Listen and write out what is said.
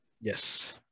yes